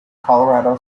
colorado